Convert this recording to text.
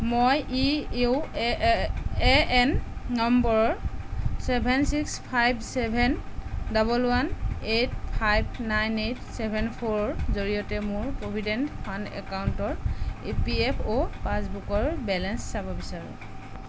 মই ই U A N number seven six five seven double one eight five nine eight seven four ৰ জৰিয়তে মোৰ provident fund একাউণ্টৰ ই পি এফ অ' পাছবুকৰ balance চাব বিচাৰোঁ